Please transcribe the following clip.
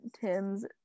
Tim's